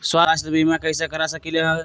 स्वाथ्य बीमा कैसे करा सकीले है?